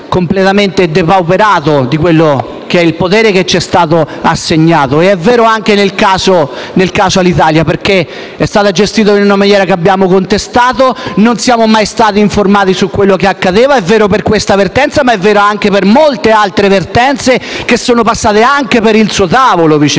completamente depauperato del potere che ci è stato assegnato. È vero anche nel caso Alitalia perché è stato gestito in una maniera che abbiamo contestato. Non siamo mai stati informati su quanto accadeva. È vero per questa vertenza, ma anche per molte altre che sono passate anche per il suo tavolo, Vice